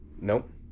Nope